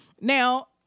now